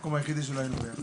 המקום היחידי שלא היינו ביחד.